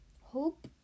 hope